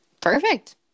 Perfect